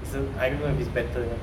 I don't know if it's better lah